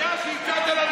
זה לא צעקות שבר,